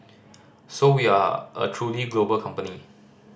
so we are a truly global company